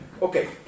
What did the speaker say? Okay